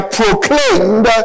proclaimed